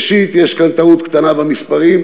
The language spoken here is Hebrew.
ראשית, יש כאן טעות קטנה במספרים,